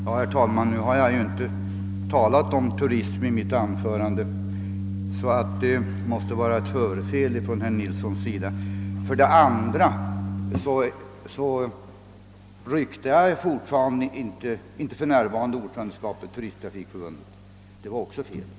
Herr talman! För det första har jag inte talat om turism i mitt anförande, så det måste vara ett hörfel från herr Nilssons i Agnäs sida. För det andra ryktar jag för närvarande inte värvet som ordförande i länets turisttrafikförbund. Det påståendet var alltså också felaktigt.